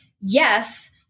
yes